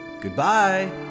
Goodbye